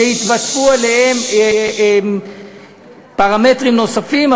ויתווספו אליהם פרמטרים נוספים,